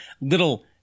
little